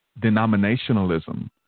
denominationalism